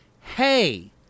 Hey